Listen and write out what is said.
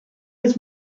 his